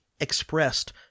expressed